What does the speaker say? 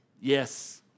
Yes